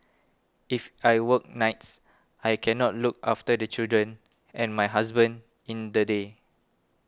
if I work nights I cannot look after the children and my husband in the day